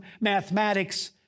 mathematics